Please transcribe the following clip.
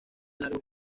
largos